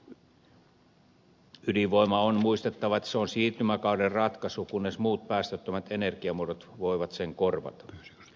on muistettava että ydinvoima on siirtymäkauden ratkaisu kunnes muut päästöttömät energiamuodot voivat sen korvata